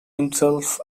himself